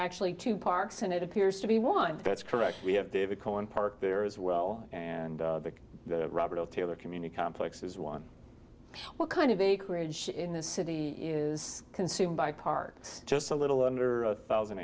actually two parks and it appears to be one that's correct we have david cohen park there as well and the robert taylor community complex is one well kind of acreage in the city is consumed by parks just a little under a thousand